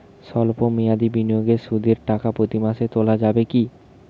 সল্প মেয়াদি বিনিয়োগে সুদের টাকা প্রতি মাসে তোলা যাবে কি?